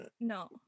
No